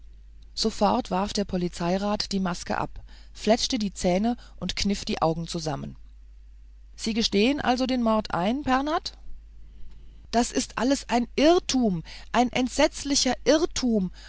sofort warf der polizeirat die maske ab fletschte die zähne und kniff die augen zusammen sie gestehen also den mord ein pernath das ist alles ein irrtum ein entsetzlicher irrtum